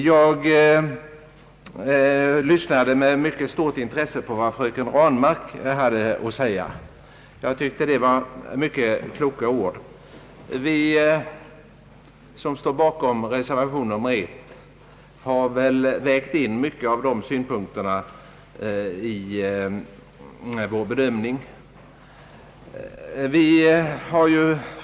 Jag lyssnade med mycket stort intresse på vad fröken Ranmark hade att säga det var mycket kloka ord. Vi som står bakom reservation 1 har vägt in många av de av henne anförda synpunkterna i vår bedömning.